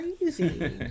crazy